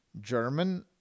German